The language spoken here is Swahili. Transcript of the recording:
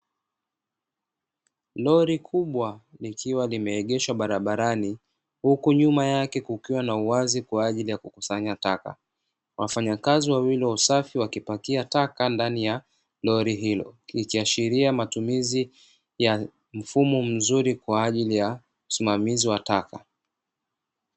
Roli kubwa likiwa limeegeshwa barabarani huku nyuma yake kukiwa na uwazi kwa ajili ya kukusanya taka. Wafanyakazi wawili wa usafi wakipakia taka ndani ya roli hilo, ikiashiria matumizi ya mfumo mzuri kwa ajili ya usimamizi wa taka.